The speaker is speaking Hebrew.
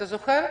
אתה זוכר?